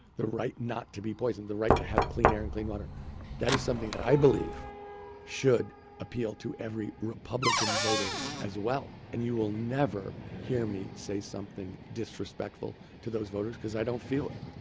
the right not to be poisoned, the right to have clean air and clean water that is something that i believe should appeal to every republican voter as well. and you will never hear me say something disrespectful to those voters, because i don't feel it.